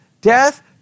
death